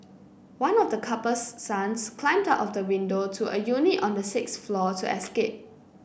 one of the couple's sons climbed out of the window to a unit on the sixth floor to escape